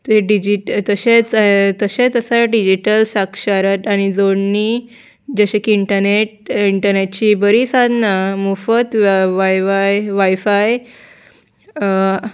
ते डिजीट तशेंच तशेंच आसा डिजीटल साक्षारत आनी जोडणी जशें की इंटरनेट इंटरनेटची बरी साधनां मोफत वाय वाय वायफाय